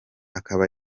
akaba